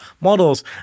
models